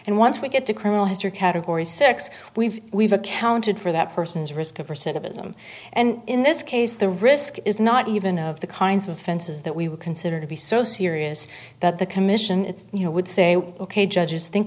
and once we get to criminal history category sex we've we've accounted for that person's risk of percent of ism and in this case the risk is not even of the kinds of offenses that we would consider to be so serious that the commission it's you know would say ok judges think